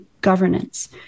governance